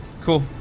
Cool